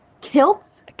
Kilts